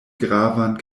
gravan